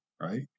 right